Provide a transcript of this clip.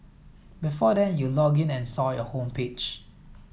before then you logged in and saw your homepage